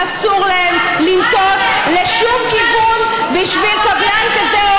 שאסור להם לנטות לשום כיוון בשביל קבלן כזה או